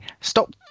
stop